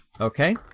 Okay